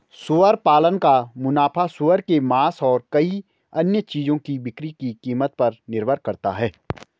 सुअर पालन का मुनाफा सूअर के मांस और कई अन्य चीजों की बिक्री की कीमत पर निर्भर करता है